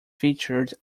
featured